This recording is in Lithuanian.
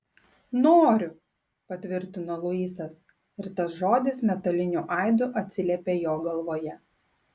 noriu patvirtino luisas ir tas žodis metaliniu aidu atsiliepė jo galvoje